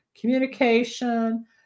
communication